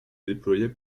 déployé